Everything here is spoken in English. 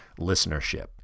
listenership